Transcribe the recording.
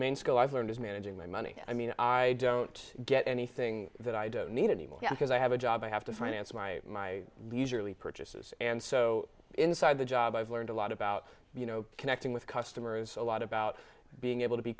main skill i've learned is managing my money i mean i don't get anything that i don't need anymore because i have a job i have to finance my my leisurely purchases and so inside the job i've learned a lot about you know connecting with customers a lot about being able to be